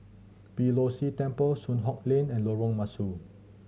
Beeh Low See Temple Soon Hock Lane and Lorong Mesu